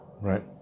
Right